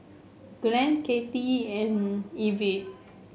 Glenn Kathie and Evette